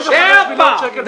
כמה מנצלים את הטבת המס הזאת?